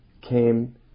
came